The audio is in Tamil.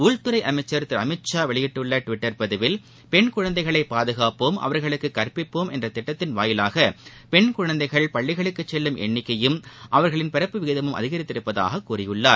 உள்துறைஅமைச்சர் திருஅமித்ஷா பதிவில் பெண் குழந்தைகளைபாதுகாப்போம் அவர்களுக்குகற்பிப்போம் என்றதிட்டத்தின் வாயிலாகபெண் குழந்தைகள் பள்ளிகளுக்குசெல்லும் எண்ணிக்கைமற்றும் அவர்களின் பிறப்பு விகிதம் அதிகரித்துள்ளதாககூறியுள்ளார்